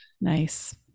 Nice